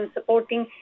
Supporting